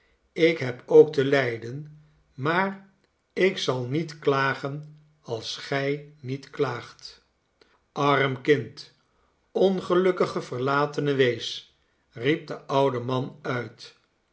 ik heb ook te lijden maar ik zal niet klagen als gij niet klaagt arm kind ongelukkige verlatene wees riep de oude man uit